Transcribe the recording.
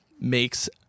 makes